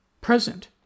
present